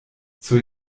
zur